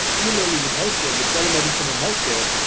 similarly with healthcare, with telemedicine and healthcare,